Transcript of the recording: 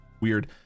weird